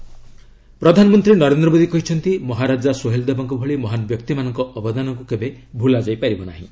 PM ପ୍ରଧାନମନ୍ତ୍ରୀ ନରେନ୍ଦ୍ର ମୋଦୀ କହିଛନ୍ତି ମହାରାଜା ସୋହେଲ ଦେବଙ୍କ ଭଳି ମହାନ୍ ବ୍ୟକ୍ତିମାନଙ୍କ ଅବଦାନକୁ କେବେ ଭୁଲାଯାଇ ପାରିବ ନାହିଁ